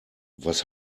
was